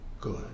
good